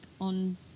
on